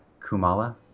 Kumala